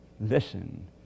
listen